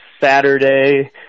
Saturday